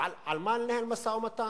אז על מה לנהל משא-ומתן,